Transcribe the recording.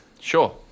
sure